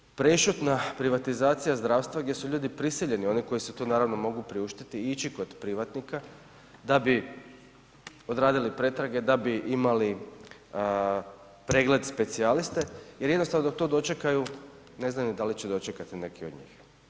Radi se prešutna privatizacija zdravstva gdje su ljudi prisiljeni, oni koji si to naravno mogu priuštiti ići kor privatnika da bi odradili pretrage, da bi imali pregled specijaliste jer jednostavno dok to dočekaju, ne znaju da li će dočekati neki do njih.